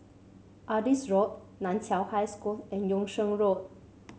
Adis Road Nan Chiau High School and Yung Sheng Road